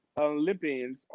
Olympians